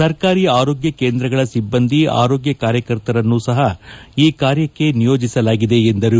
ಸರ್ಕಾರಿ ಆರೋಗ್ಯ ಕೇಂದ್ರಗಳ ಸಿಬ್ಬಂದಿ ಆರೋಗ್ಯ ಕಾರ್ಯಕರ್ತರನ್ನು ಸಹ ಈ ಕಾರ್ಯಕ್ಕೆ ನಿಯೋಜಿಸಲಾಗಿದೆ ಎಂದರು